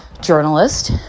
journalist